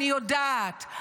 אני יודעת,